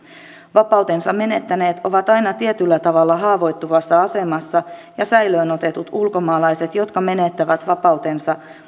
vapautensa menettäneet ovat aina tietyllä tavalla haavoittuvassa asemassa ja säilöön otetut ulkomaalaiset jotka menettävät vapautensa